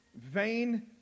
Vain